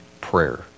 prayer